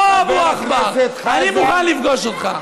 בוא, אבו עכבר, אני מוכן לפגוש אותך.